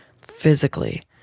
physically